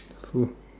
food